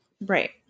Right